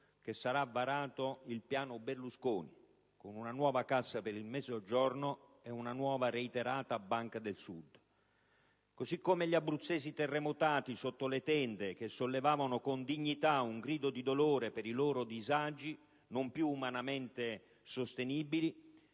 che sarà varato il piano Berlusconi con una nuova Cassa per il Mezzogiorno e una nuova reiterata Banca del Sud. Così come gli abruzzesi terremotati sotto le tende, che sollevavano con dignità un grido di dolore per i loro disagi non più umanamente sostenibili,